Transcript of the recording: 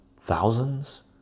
thousands